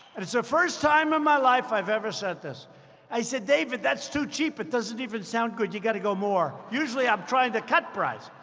it's the first time in my life i've ever said this i said, david, that's too cheap. it doesn't even sound good. you got to go more. usually, i'm trying to cut price.